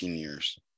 years